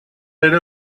era